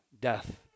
death